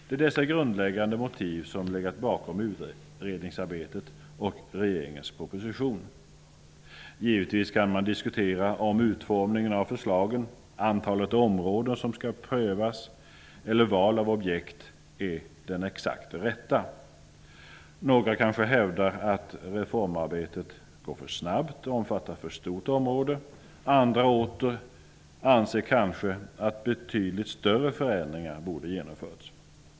Det är dessa grundläggande motiv som legat bakom utredningsarbetet och regeringens proposition. Givetvis kan man diskutera utformningen av förslagen, antalet områden som skall prövas eller om valet av objekt är det exakt rätta. Några kanske hävdar att reformarbetet går för snabbt och omfattar för stort område. Andra åter anser kanske att betydligt större förändringar borde genomföras.